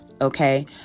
Okay